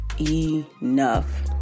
enough